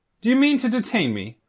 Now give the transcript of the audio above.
d'ye mean to detain me?